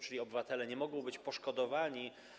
Czyli obywatele nie mogą być poszkodowani.